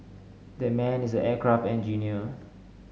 that man is an aircraft engineer